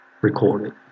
recorded